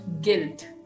guilt